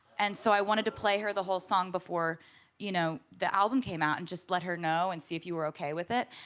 and so i wanted to play her the whole song before you know the album came out and let her know and see if you were okay with it.